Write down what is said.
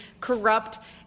corrupt